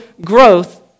growth